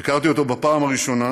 הכרתי אותו בפעם הראשונה